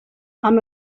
amb